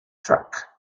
track